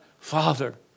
Father